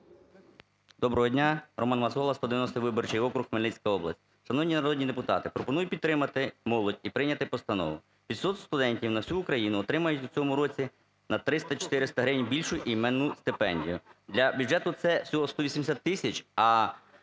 Доброго дня! РоманМацола, 190-й виборчий округ, Хмельницька область. Шановні народні депутати, пропоную підтримати молодь і прийняти постанову. П'ятсот студентів на всю Україну отримають у цьому році на 300-400 гривень більшу іменну стипендію, для бюджету це всього 180 тисяч, а